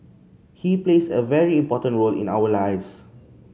he plays a very important role in our lives